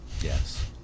Yes